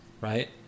right